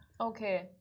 Okay